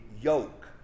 yoke